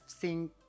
sing